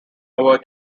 over